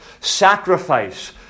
sacrifice